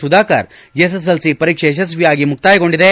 Sudhakar SSLC ಪರೀಕ್ಷೆ ಯಶಸ್ವಿಯಾಗಿ ಮುಕ್ತಾಯಗೊಂಡಿದೆ